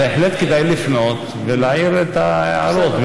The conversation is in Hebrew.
אבל בהחלט כדאי לפנות ולהעיר את ההערות.